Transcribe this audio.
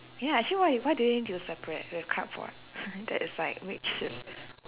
ya actually why why do you need to separate with cardboard that is like